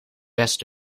best